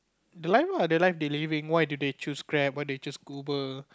the life lah the life they living why do they choose Grab why they choose Uber